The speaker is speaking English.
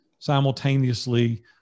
simultaneously